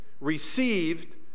received